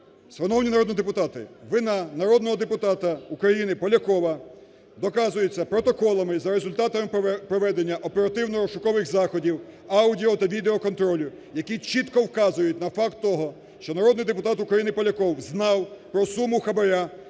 Шановні народні депутати, вина народного депутата України Полякова доказується протоколами за результатами проведення оперативно-розшукових заходів, аудіо та відеоконтролю, які чітко вказують на факт того, що народний депутат України Поляков знав про суму хабара,